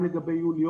גם לגבי יוני,